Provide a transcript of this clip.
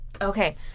Okay